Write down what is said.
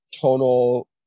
tonal